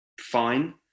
fine